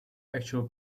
actual